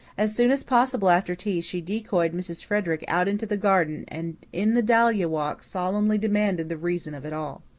as soon as possible after tea she decoyed mrs. frederick out into the garden and in the dahlia walk solemnly demanded the reason of it all.